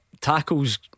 Tackles